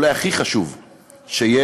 אולי הכי חשוב שיש,